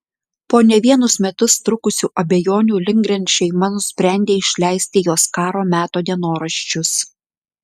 po ne vienus metus trukusių abejonių lindgren šeima nusprendė išleisti jos karo metų dienoraščius